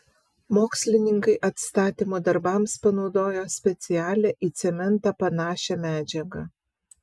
mokslininkai atstatymo darbams panaudojo specialią į cementą panašią medžiagą